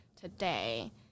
today